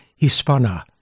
Hispana